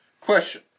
Question